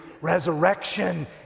Resurrection